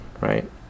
right